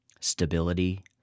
Stability